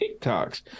TikToks